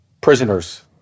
Prisoners